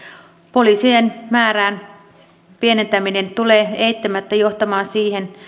poliisien määrän pienentäminen tulee eittämättä johtamaan siihen